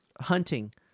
hunting